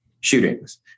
shootings